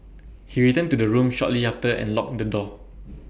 he returned to the room shortly after and locked the door